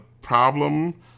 problem